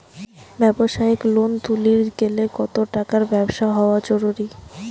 ব্যবসায়িক লোন তুলির গেলে কতো টাকার ব্যবসা হওয়া জরুরি?